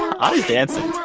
audie's dancing.